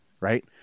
right